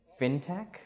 FinTech